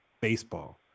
baseball